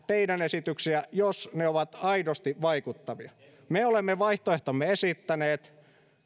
teidän esityksiänne jos ne ovat aidosti vaikuttavia me olemme vaihtoehtomme esittäneet